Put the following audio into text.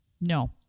No